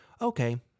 okay